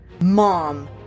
Mom